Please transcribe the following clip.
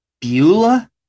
Beulah